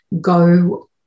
go